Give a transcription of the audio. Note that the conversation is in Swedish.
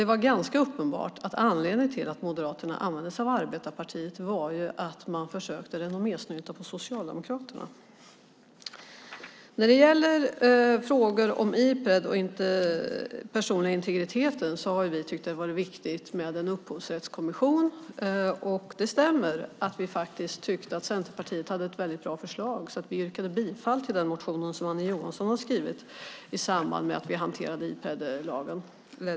Det är ganska uppenbart att anledningen till att Moderaterna använde ordet "arbetarpartiet" var att man försökte renommésnylta på Socialdemokraternas ord. När det gäller frågor om Ipred och den personliga integriteten har vi tyckt det vara viktigt med en upphovsrättskommission. Det stämmer att vi tyckte att Centerpartiet hade ett väldigt bra förslag. Vi yrkade bifall till Annie Johanssons motion i samband med att vi hanterade Ipredlagen.